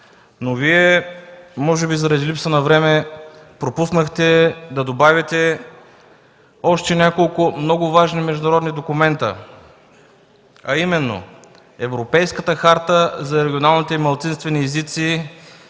Вие, може би заради липса на време, пропуснахте да добавите още няколко много важни международни документа. Именно – Европейската харта за регионалните и малцинствени езици,